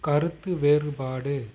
கருத்து வேறுபாடு